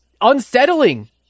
unsettling